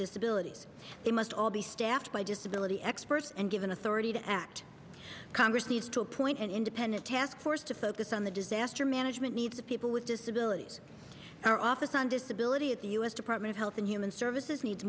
disabilities they must all be staffed by disability experts and given authority to act congress needs to appoint an independent task force to focus on the disaster management needs of people with disabilities our office on disability at the u s department of health and human services needs